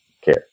care